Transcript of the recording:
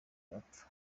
arapfa